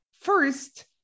first